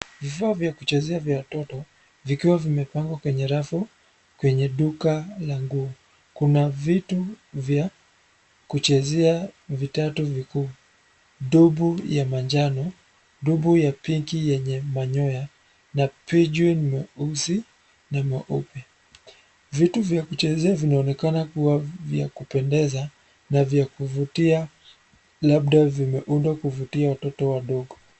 Vifaa vya kuchezea vya watoto, vikiwa vimepangwa kwenye rafu, kwenye duka la nguo. Kuna vitu vya kuchezea vitatu vikuu, dobu ya manjano, dobu ya pinki yenye manyoya na penguin mweusi na mweupe. Vitu vya kuchezea vinaonekana kuwa vya kupendeza, na vyakuvutia, labda vimeundwa kuvutia watoto wadogo.